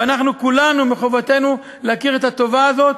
ואנחנו כולנו, מחובתנו להכיר את הטובה הזאת